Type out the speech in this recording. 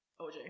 OJ